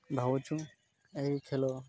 ଭାବୁଛୁ ଏହି ଖେଳ